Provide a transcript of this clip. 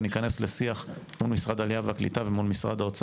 וניכנס לשיח מול משרד העלייה והקליטה ומול משרד